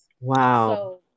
Wow